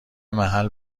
محل